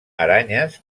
aranyes